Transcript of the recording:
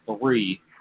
three